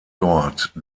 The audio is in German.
dort